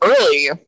early